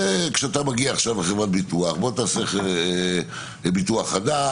כשאתה מגיע עכשיו לחברת ביטוח תעשה ביטוח חדש,